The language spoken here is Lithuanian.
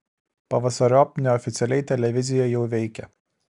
pavasariop neoficialiai televizija jau veikia